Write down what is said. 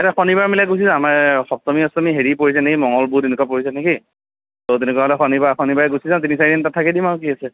এটা শনিবাৰ মিলাই গুচি যাওঁ আমাৰ সপ্তমী অষ্টমী হেৰি পৰিছে নেকি মঙ্গল বুধ এনেকুৱা পৰিছে নেকি ত' তেনেকুৱাহ'লে শনিবাৰ শনিবাৰে গুচি যাওঁ তিনি চাৰি দিন তাত থাকি দিম আৰু কি আছে